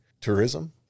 tourism